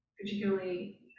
particularly